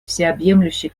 всеобъемлющей